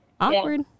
awkward